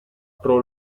pro